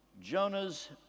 Jonah's